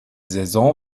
saison